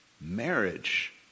Marriage